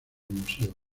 museo